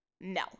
No